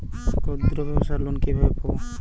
ক্ষুদ্রব্যাবসার লোন কিভাবে পাব?